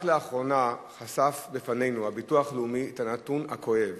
רק לאחרונה חשף בפנינו הביטוח הלאומי את הנתון הכואב